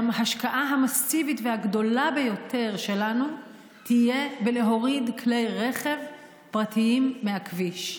ההשקעה המסיבית והגדולה ביותר שלנו תהיה להוריד כלי רכב פרטיים מהכביש.